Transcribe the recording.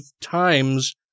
times